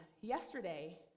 yesterday